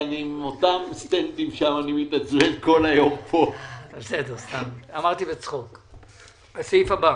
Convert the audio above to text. הסעיף הבא,